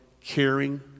caring